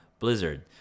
Blizzard